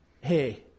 Hey